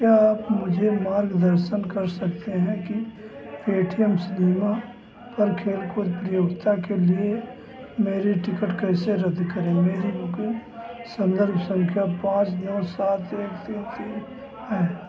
क्या आप मुझे मार्गदर्शन कर सकते हैं कि पेटीएम सिनेमा पर खेलकूद प्रतियोगिता के लिए मेरा टिकट कैसे रद्द करेंगे मेरी बुकिन्ग सन्दर्भ सँख्या पाँच नौ सात एक तीन तीन है